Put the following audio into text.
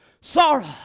Sorrow